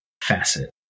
facet